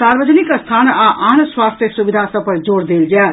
सार्वजनिक स्थान आ आन स्वास्थ्य सुविधा सभ पर जोर देल जायत